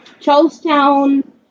Charlestown